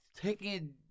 Taking